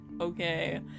okay